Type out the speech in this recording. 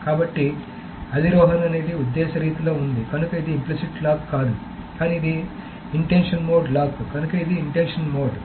కాబట్టి అధిరోహణ అనేది ఉద్దేశ్య రీతిలో ఉంది కనుక ఇది ఇంప్లిసిట్ లాక్ కాదు కానీ ఇది ఇంటెన్షన్ మోడ్ లాక్ కనుక ఇది ఇంటెన్షన్ మోడ్